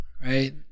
right